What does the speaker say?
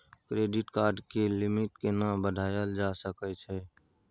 Credit card के limit केना बढायल जा सकै छै?